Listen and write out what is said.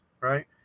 right